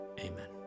Amen